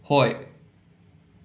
ꯍꯣꯏ